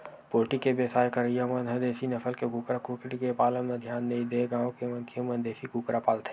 poultry के बेवसाय करइया मन ह देसी नसल के कुकरा कुकरी के पालन म धियान नइ देय गांव के मनखे मन देसी कुकरी पालथे